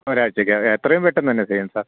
ഒരാഴ്ചയ്ക്കകം എത്രയും പെട്ടെന്ന് തന്നെ ചെയ്യണം സാർ